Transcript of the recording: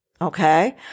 Okay